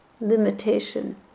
limitation